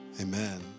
amen